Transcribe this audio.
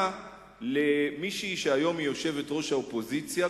למישהי שהיום היא יושבת-ראש האופוזיציה,